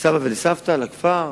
לסבא ולסבתא, לכפר,